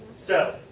so,